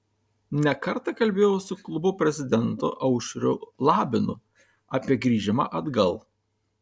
ne kartą kalbėjau su klubo prezidentu aušriu labinu apie grįžimą atgal